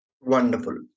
Wonderful